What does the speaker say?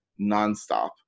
nonstop